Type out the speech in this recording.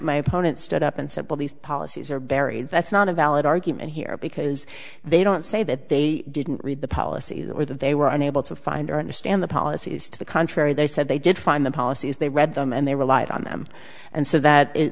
my opponent stood up and said well these policies are buried that's not a valid argument here because they don't say that they didn't read the policies or that they were unable to find understand the policies to the contrary they said they did find the policies they read them and they relied on them and so that